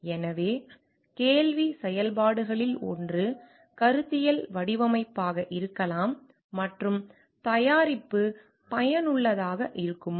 எனவே கேள்வி செயல்பாடுகளில் ஒன்று கருத்தியல் வடிவமைப்பாக இருக்கலாம் மற்றும் தயாரிப்பு பயனுள்ளதாக இருக்குமா